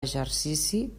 exercici